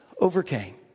overcame